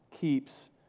keeps